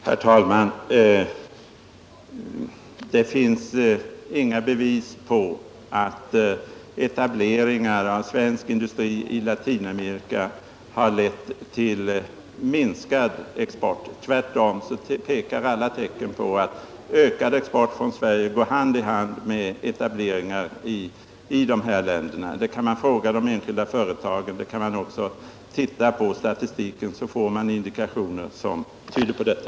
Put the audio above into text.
Herr talman! Det finns inga bevis för att etableringar av svensk industri i Latinamerika har lett till minskad sysselsättning i Sverige eller minskad svensk export. Tvärtom tyder alla tecken på att ökad export från Sverige går hand i hand med etableringar i dessa länder. Om det kan man fråga de enskilda företagen. Man kan också titta på statistiken. Där finner man klara indikationer på detta.